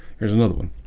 there's another one.